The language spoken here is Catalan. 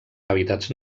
hàbitats